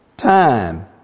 time